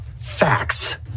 Facts